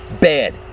Bad